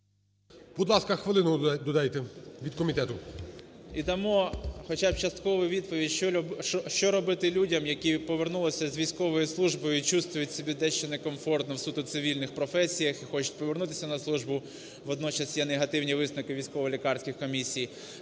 Будь ласка, хвилину додайте від комітету. ВІННИК І.Ю. …і дамо хоча б часткову відповідь, що робити людям, які повернулися з військової служби ічувствуют себе дещо некомфортно в суто цивільних професіях і хочуть повернутися на службу. Водночас є негативні висновки військово-лікарських комісій.